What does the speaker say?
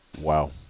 Wow